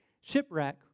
shipwreck